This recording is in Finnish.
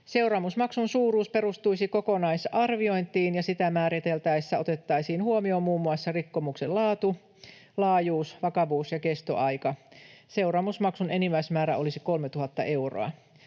Seuraamusmaksun suuruus perustuisi kokonaisarviointiin, ja sitä määriteltäessä otettaisiin huomioon muun muassa rikkomuksen laatu, laajuus, vakavuus ja kestoaika. Seuraamusmaksun enimmäismäärä olisi 3 000 euroa.